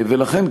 ולכן,